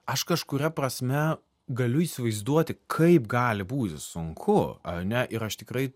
aš kažkuria prasme galiu įsivaizduoti kaip gali būti sunku ar ne ir aš tikrai